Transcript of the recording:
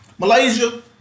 Malaysia